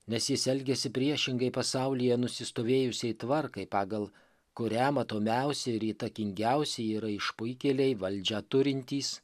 nes jis elgiasi priešingai pasaulyje nusistovėjusiai tvarkai pagal kurią matomiausi ir įtakingiausi yra išpuikėliai valdžią turintys